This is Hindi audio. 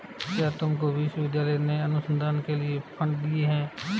क्या तुमको विश्वविद्यालय ने अनुसंधान के लिए फंड दिए हैं?